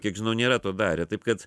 kiek žinau nėra to darę taip kad